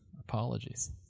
Apologies